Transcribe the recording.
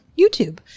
YouTube